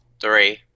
Three